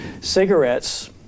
cigarettes